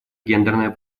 гендерная